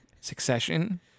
Succession